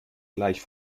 gleich